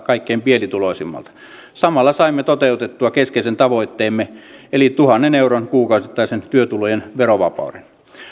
kaikkein pienituloisimmalta samalla saimme toteutettua keskeisen tavoitteemme eli tuhannen euron kuukausittaisen työtulojen verovapauden